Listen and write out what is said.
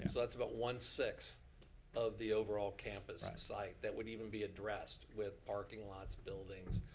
and so that's about one six of the overall campus and site that would even be addressed with parking lots, buildings.